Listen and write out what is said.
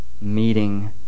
meeting